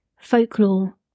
folklore